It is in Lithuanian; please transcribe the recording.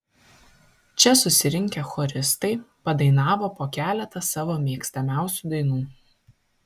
čia susirinkę choristai padainavo po keletą savo mėgstamiausių dainų